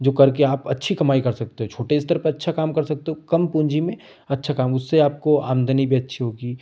जो करके आप अच्छी कमाई कर सकते हो छोटे स्तर पर अच्छा काम कर सकते हो कम पूँजी में अच्छा काम उससे आपको आमदनी भी अच्छी होगी